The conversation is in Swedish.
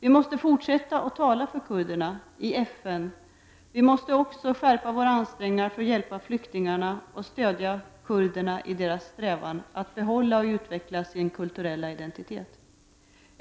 Vi måste fortsätta att tala för kurderna i FN. Vi måste också skärpa våra ansträngningar för att hjälpa flyktingarna och stödja kurderna i deras strävan att behålla och utveckla sin kulturella identitet.